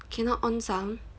cannot on sound